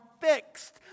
fixed